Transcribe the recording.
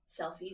selfies